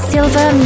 Silver